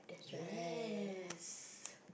yes